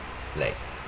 like